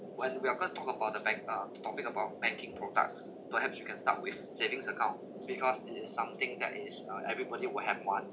when we are going talk about the bank uh topic about banking products perhaps you can start with savings account because it is something that is uh everybody will have one